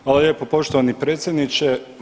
Hvala lijepo poštovani predsjedniče.